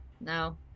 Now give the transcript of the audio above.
no